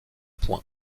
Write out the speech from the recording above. point